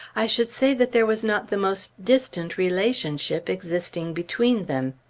i should say that there was not the most distant relationship existing between them.